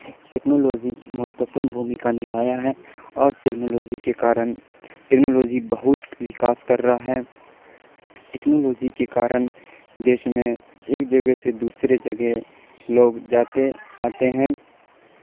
technology مہتوپورن بھومیکا نبھایا ہے اور ٹیکنالوجی کے کارن ٹیکنالوجی بہت وکاس کر رہا ہے ٹیکنالوجی کے کارن دیش میں ایک جگہ سے دوسرے جگہ لوگ جاتے آتے ہیں